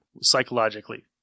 psychologically